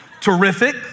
terrific